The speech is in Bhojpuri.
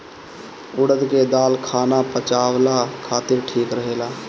उड़द के दाल खाना पचावला खातिर ठीक रहेला